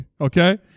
okay